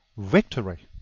victory.